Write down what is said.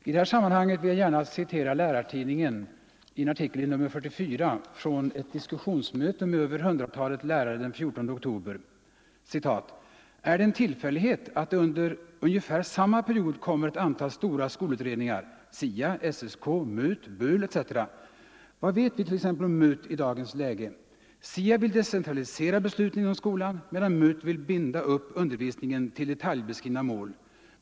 I det här sammanhanget vill jag gärna citera Lärartidningen nr 44 där man har en artikel från ett diskussionsmöte med över hundratalet lärare den 14 oktober 1974. Jag citerar: ” Är det en tillfällighet att det under ungefär samma period kommer ett antal stora skolutredningar: SIA, SSK, MUT, BUL etc.? Vad vet vi t.ex. om MUT i dagens läge? SIA vill decentralisera besluten inom skolan, medan MUT vill binda upp undervisningen till detaljbeskrivna mål.